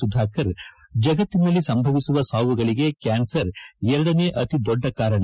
ಸುಧಾಕರ್ ಜಗತ್ತಿನಲ್ಲಿ ಸಂಭವಿಸುವ ಸಾವುಗಳಿಗೆ ಕ್ಯಾನ್ಸರ್ ಎರಡನೇ ಅತೀ ದೊಡ್ಡ ಕಾರಣ